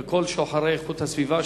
וכל שוחרי איכות הסביבה,